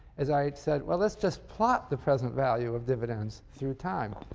is i said, well let's just plot the present value of dividends through time.